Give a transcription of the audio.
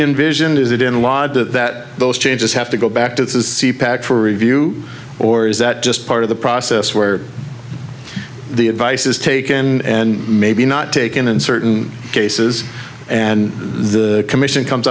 in vision is it in law that that those changes have to go back to the c pac for review or is that just part of the process where the advice is taken and maybe not taken in certain cases and the commission comes